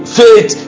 faith